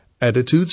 attitudes